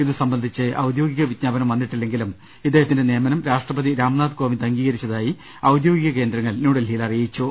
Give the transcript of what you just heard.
ഇതു സംബന്ധിച്ച് ഔദ്യോഗിക വിജ്ഞാപനം വന്നി ട്ടില്ലെങ്കിലും ഇദ്ദേഹത്തിന്റെ നിയമനം രാഷ്ട്രപതി രാംനാഥ് കോവിന്ദ് അംഗീകരിച്ച തായി ഔദ്യോഗിക കേന്ദ്രങ്ങൾ ന്യൂഡൽഹിയിൽ അറിയിച്ചു